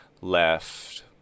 Left